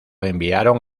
enviaron